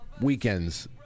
weekends